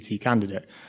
candidate